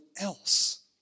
else